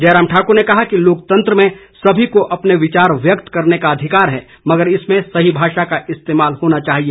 जयराम ठाकुर ने कहा कि लोकतंत्र में सभी को अपने विचार व्यक्त करने का अधिकार है मगर इसमें सही भाषा का इस्तेमाल होना चाहिए